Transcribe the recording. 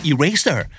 Eraser